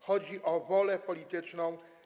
Chodzi o wolę polityczną.